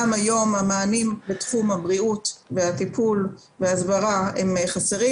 גם היום המענים בתחום הבריאות והטיפול וההסברה הם חסרים,